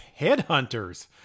Headhunters